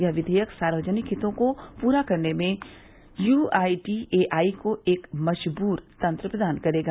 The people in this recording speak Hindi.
यह विधेयक सार्वजनिक हितों को पूरा करने में यूआईडीएआई को एक मजबूत तंत्र प्रदान करेगा